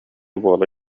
буола